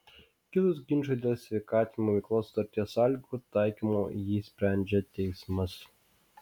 kilus ginčui dėl sveikatinimo veiklos sutarties sąlygų taikymo jį sprendžia teismas